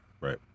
Right